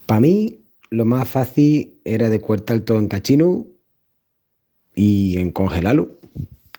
Pa mí lo más faci era de cuertal tó en cachinus i encogelá-lu.